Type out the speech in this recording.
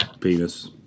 Penis